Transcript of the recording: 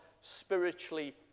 spiritually